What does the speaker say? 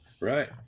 Right